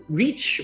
reach